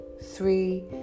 three